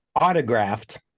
autographed